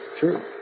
Sure